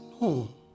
no